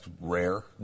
rare